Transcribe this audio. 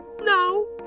No